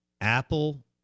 Apple